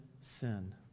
sin